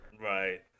right